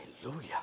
Hallelujah